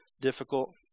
Difficult